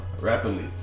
rapidly